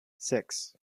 six